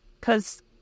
cause